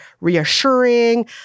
reassuring